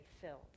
filled